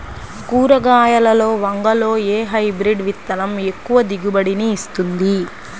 కూరగాయలలో వంగలో ఏ హైబ్రిడ్ విత్తనం ఎక్కువ దిగుబడిని ఇస్తుంది?